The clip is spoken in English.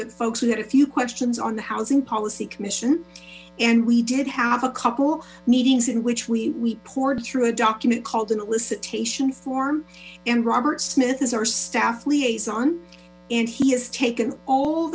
that folks had a few questions on the housing policy commission and we did have a couple meetings in which we pored through a document called an elicit station form and robert smith is our staff liaison and he has taen all